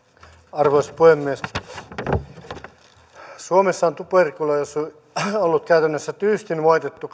arvoisa puhemies suomessa on tuberkuloosi ollut käytännössä tyystin voitettu kanta